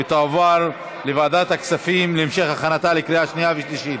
ותועבר לוועדת הכספים להמשך הכנתה לקריאה שנייה ושלישית.